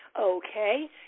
Okay